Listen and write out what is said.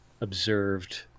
Observed